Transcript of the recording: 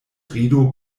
rido